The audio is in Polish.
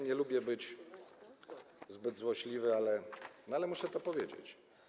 Nie lubię być zbyt złośliwy, ale muszę to powiedzieć.